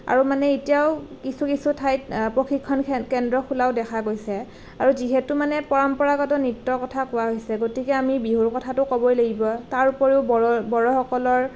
আৰু মানে এতিয়াও কিছু কিছু ঠাইত প্ৰশিক্ষণ কেন্দ্ৰ খোলা দেখা গৈছে আৰু যিহেতু মানে পৰম্পৰাগত নৃত্যৰ কথা কোৱা হৈছে গতিকে আমি বিহুৰ কথাটো ক'বই লাগিব তাৰোপৰিও বড়ো বড়োসকলৰ